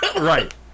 right